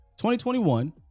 2021